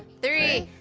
three,